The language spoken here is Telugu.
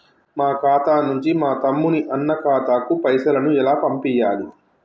మా ఖాతా నుంచి మా తమ్ముని, అన్న ఖాతాకు పైసలను ఎలా పంపియ్యాలి?